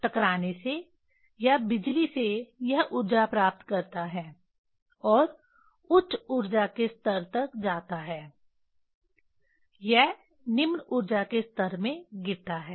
टकराने से या बिजली से यह ऊर्जा प्राप्त करता है और उच्च ऊर्जा के स्तर तक जाता है यह निम्न ऊर्जा के स्तर में गिरता है